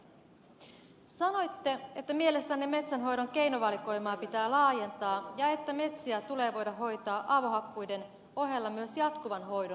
sanoitte että mielestänne metsänhoidon keinovalikoimaa pitää laajentaa ja että metsiä tulee voida hoitaa avohakkuiden ohella myös jatkuvan hoidon periaatteilla